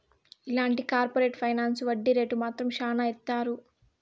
ఇలాంటి corporate finance వడ్డీ rate మాత్రం శ్యానా ఏత్తారు